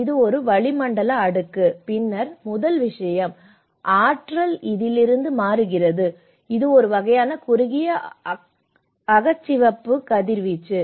இது ஒரு வளிமண்டல அடுக்கு பின்னர் முதல் விஷயம் ஆற்றல் இதிலிருந்து மாறுகிறது இது ஒரு வகையான குறுகிய அகச்சிவப்பு கதிர்வீச்சு